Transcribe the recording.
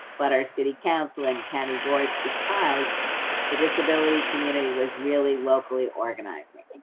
but our city council and county boards because the disability community was really locally organizing.